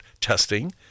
testing